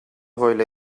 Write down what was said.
hawile